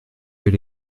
vais